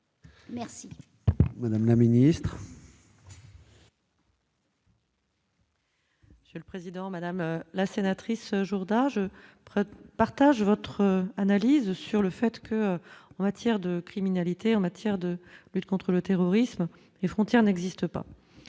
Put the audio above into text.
Merci madame la ministre. C'est le président, Madame la sénatrice Jourdas, je partage votre analyse sur le fait que on matière de criminalité en matière de lutte contre le terrorisme, les frontières n'existent pas,